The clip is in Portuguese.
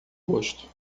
rosto